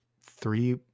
three